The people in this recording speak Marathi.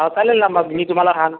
हां चालेल ना मग मी तुम्हाला हा